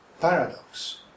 paradox